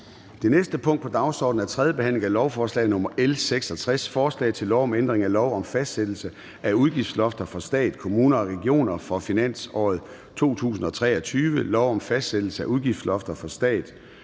Det næste punkt på dagsordenen er: 4) 3. behandling af lovforslag nr. L 66: Forslag til lov om ændring af lov om fastsættelse af udgiftslofter for stat, kommuner og regioner for finansåret 2023, lov om fastsættelse af udgiftslofter for stat,